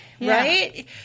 right